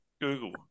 Google